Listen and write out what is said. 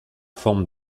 forme